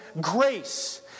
grace